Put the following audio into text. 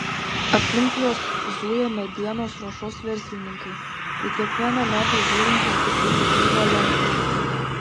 aplink juos zuja medienos ruošos verslininkai į kiekvieną medį žiūrintys tik kaip į krūvą lentų